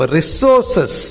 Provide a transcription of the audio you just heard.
resources